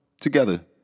together